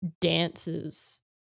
dances